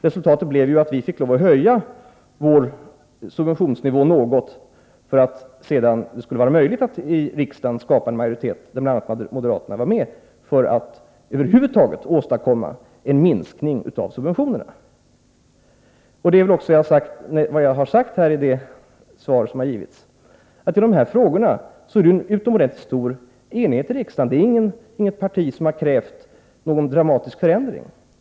Resultatet blev att vi fick lov att höja vår subventionsnivå något för att det sedan skulle vara möjligt att i riksdagen skapa en majoritet där bl.a. moderaterna var med. Det skedde för att vi över huvud taget skulle kunna åstadkomma en minskning av subventionerna. Det är väl också vad jag har sagt i mitt svar. I de här frågorna är det en utomordentligt stor enighet i riksdagen — det är inget parti som har krävt någon dramatisk förändring.